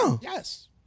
Yes